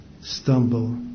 stumble